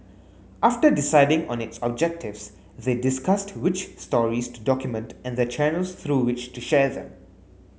after deciding on its objectives they discussed which stories to document and the channels through which to share them